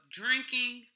drinking